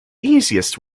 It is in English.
easiest